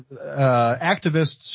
activists